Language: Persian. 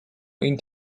این